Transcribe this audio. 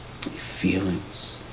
feelings